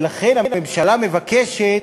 ולכן הממשלה מבקשת